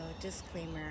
disclaimer